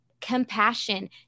compassion